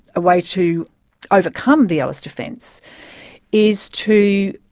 a way to overcome the ellis defence is to